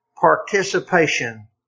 participation